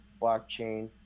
blockchain